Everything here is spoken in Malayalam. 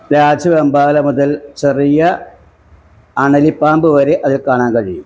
രാജവെമ്പാല മുതൽ ചെറിയ അണലി പാമ്പ് വരെ അതിൽ കാണാൻ കഴിയും